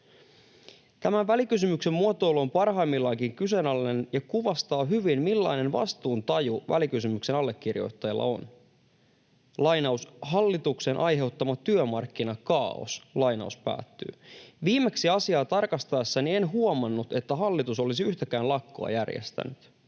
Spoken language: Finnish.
Tämän välikysymyksen muotoilu on parhaimmillaankin kyseenalainen ja kuvastaa hyvin millainen vastuuntaju välikysymyksen allekirjoittajilla on: ”Hallituksen aiheuttama työmarkkinakaaos”. Viimeksi asiaa tarkastaessani en huomannut, että hallitus olisi yhtäkään lakkoa järjestänyt.